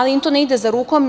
To im ne ide za rukom.